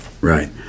Right